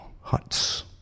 huts